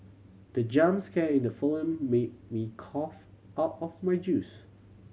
the jump scare in the film made me cough out of my juice